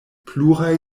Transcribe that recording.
pluraj